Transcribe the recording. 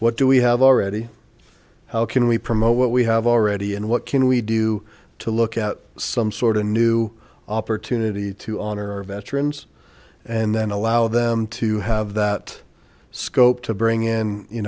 what do we have already how can we promote what we have already and what can we do to look out some sort of a new opportunity to honor our veterans and then allow them to have that scope to bring in you